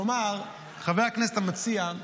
כלומר, חבר הכנסת המציע,